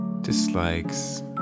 Dislikes